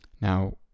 now